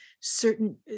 certain